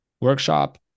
workshop